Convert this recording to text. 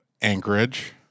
Anchorage